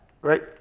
right